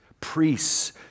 priests